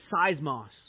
seismos